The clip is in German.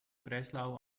breslau